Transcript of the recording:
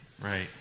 Right